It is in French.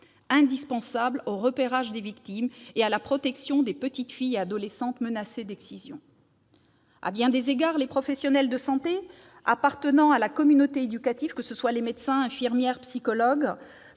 indispensable au repérage des victimes et à la protection des petites filles et adolescentes menacées d'excision. À bien des égards, les professionnels de santé appartenant à la communauté éducative- médecins, infirmières, psychologues